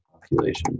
population